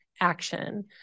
action